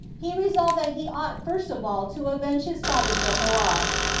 he resolved that he ought first of all to avenge his father je-hoash,